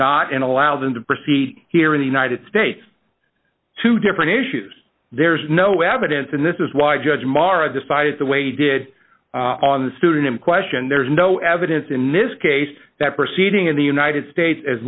and allow them to proceed here in the united states two different issues there's no evidence and this is why judge mara decided the way he did on the student in question there's no evidence in this case that proceeding in the united states as